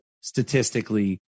statistically